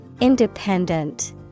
Independent